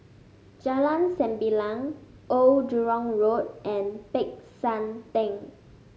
Jalan Sembilang Old Jurong Road and Peck San Theng